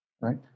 right